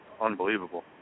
unbelievable